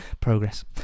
progress